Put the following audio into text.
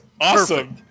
Awesome